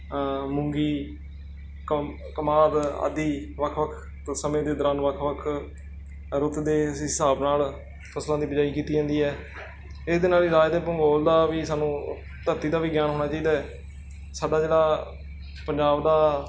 ਮੂੰਗੀ ਕ ਕਮਾਦ ਆਦਿ ਵੱਖ ਵੱਖ ਸਮੇਂ ਦੇ ਦੌਰਾਨ ਵੱਖ ਵੱਖ ਰੁੱਤ ਦੇ ਅਸੀਂ ਹਿਸਾਬ ਨਾਲ ਫਸਲਾਂ ਦੀ ਬੀਜਾਈ ਕੀਤੀ ਜਾਂਦੀ ਹੈ ਇਹਦੇ ਨਾਲ ਹੀ ਰਾਜ ਦੇ ਭੂਗੋਲ ਦਾ ਵੀ ਸਾਨੂੰ ਧਰਤੀ ਦਾ ਵੀ ਗਿਆਨ ਹੋਣਾ ਚਾਹੀਦਾ ਸਾਡਾ ਜਿਹੜਾ ਪੰਜਾਬ ਦਾ